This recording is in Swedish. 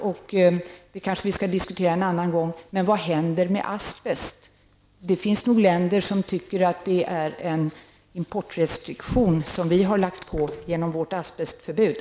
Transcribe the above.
Vi kanske skall diskutera det en annan gång. Men vad händer med asbest? Det finns nog länder som tycker att vårt asbestförbud är en importrestriktion.